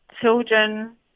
children